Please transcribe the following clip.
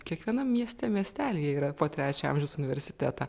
kiekvienam mieste miestelyje yra po trečio amžiaus universitetą